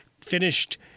finished